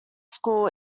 school